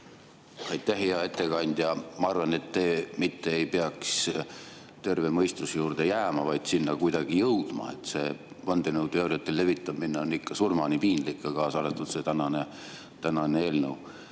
Aitäh! Hea ettekandja! Ma arvan, et te mitte ei peaks terve mõistuse juurde jääma, vaid sinna kuidagi jõudma. See vandenõuteooriate levitamine on ikka surmani piinlik, kaasa arvatud see tänane eelnõu.